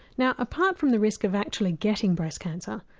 now apart from the risk of actually getting breast cancer,